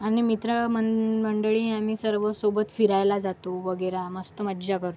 आणि मित्र मन मंडळी आम्ही सर्व सोबत फिरायला जातो वगैरे मस्त मज्जा करतो बाई